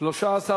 2 נתקבלו.